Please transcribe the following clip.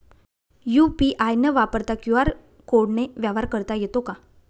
UPI न वापरता QR कोडने व्यवहार करता येतो का?